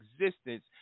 existence